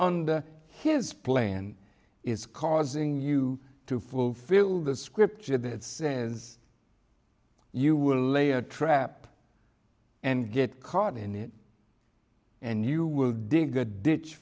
under his plan is causing you to fulfill the scripture that says you will lay a trap and get caught in it and you will dig a ditch